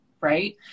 Right